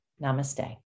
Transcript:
Namaste